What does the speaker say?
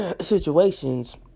situations